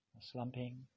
slumping